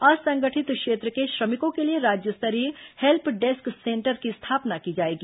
असंगठित क्षेत्र के श्रमिकों के लिए राज्य स्तरीय हेल्प डेस्क सेंटर की स्थापना की जाएगी